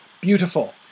beautiful